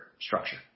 structure